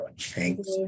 Thanks